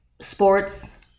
sports